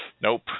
Nope